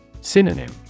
Synonym